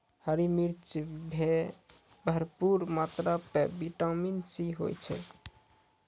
हरी मिर्च मॅ भरपूर मात्रा म विटामिन सी होय छै